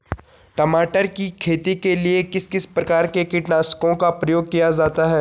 टमाटर की खेती के लिए किस किस प्रकार के कीटनाशकों का प्रयोग किया जाता है?